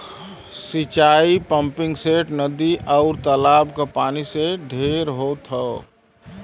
सिंचाई पम्पिंगसेट, नदी, आउर तालाब क पानी से ढेर होत हौ